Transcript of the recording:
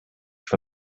for